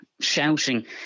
shouting